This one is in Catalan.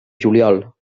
juliol